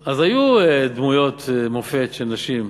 אז, היו דמויות מופת של נשים.